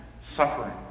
suffering